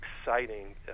exciting